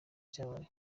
cyabaye